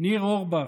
ניר אורבך,